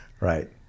Right